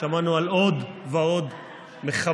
שמענו על עוד ועוד מחבלים,